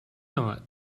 not